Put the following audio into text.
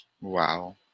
Wow